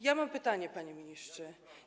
Ja mam pytanie, panie ministrze.